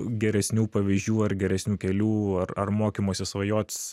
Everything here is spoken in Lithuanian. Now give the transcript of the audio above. geresnių pavyzdžių ar geresnių kelių ar ar mokymosi svajot